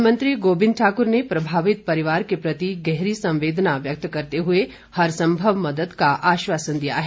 one मंत्री गोबिंद ठाकुर ने प्रभावित परिवार के प्रति गहरी संवेदना व्यक्त करते हुए हर संभव मदद का आश्वासन दिया है